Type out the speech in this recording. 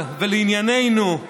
לענייננו,